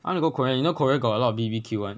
I want to go korea you know korea got a lot of B_B_Q [one]